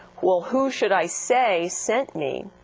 well who should i say sent me?